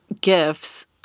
gifts